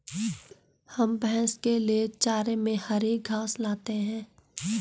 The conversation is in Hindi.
हम भैंस के लिए चारे में हरी घास लाते हैं